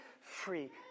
free